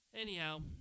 anyhow